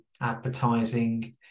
advertising